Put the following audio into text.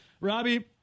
Robbie